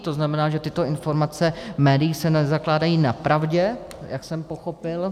To znamená, že tyto informace v médiích se nezakládají na pravdě, jak jsem pochopil.